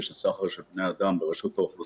של סחר של בני אדם ברשות האוכלוסין,